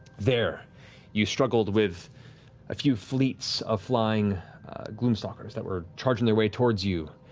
there you struggled with a few fleets of flying gloomstalkers that were charging their way towards you.